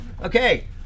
Okay